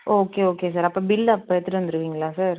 okay okay sir அப்போ bill அப்போ எடுத்துகிட்டு வந்துருவீங்களா சார்